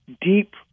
deep